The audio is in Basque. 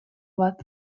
bat